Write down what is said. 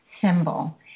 symbol